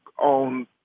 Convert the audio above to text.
on